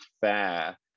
fair